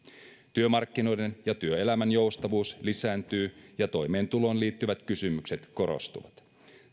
työmarkkinoiden ja työelämän joustavuus lisääntyy ja toimeentuloon liittyvät kysymykset korostuvat